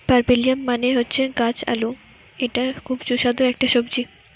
পার্পেলিয়াম মানে হচ্ছে গাছ আলু এটা খুব সুস্বাদু একটা সবজি